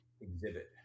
exhibit